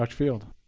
but field?